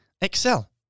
excel